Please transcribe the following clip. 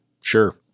Sure